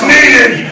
Needed